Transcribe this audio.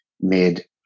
made